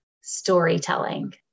storytelling